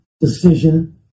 decision